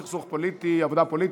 סכסוך עבודה פוליטי),